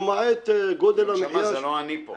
למעט גודל המחיה --- נשמה, זה לא אני פה.